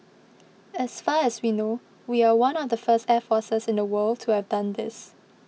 as far as we know we are one of the first air forces in the world to have done this